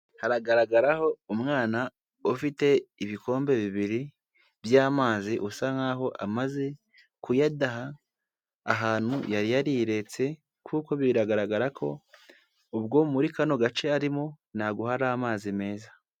Haragaragaraho umwana ufite ibikombe bibiri by'amazi, usa nk'aho amaze kuyadaha ahantu yari yariretse kuko biragaragara ko ubwo muri kano gace arimo ntabwo hari ari amazi meza.